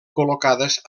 col·locades